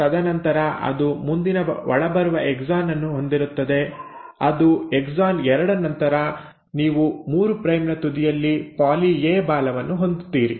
ತದನಂತರ ಅದು ಮುಂದಿನ ಒಳಬರುವ ಎಕ್ಸಾನ್ ಅನ್ನು ಹೊಂದಿರುತ್ತದೆ ಅದು ಎಕ್ಸಾನ್ 2 ನಂತರ ನೀವು 3 ಪ್ರೈಮ್ ನ ತುದಿಯಲ್ಲಿ ಪಾಲಿ ಎ ಬಾಲವನ್ನು ಹೊಂದುತ್ತೀರಿ